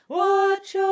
watch